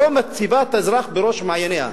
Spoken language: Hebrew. לא מציבה את האזרח בראש מעייניה.